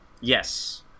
Yes